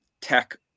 tech